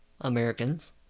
Americans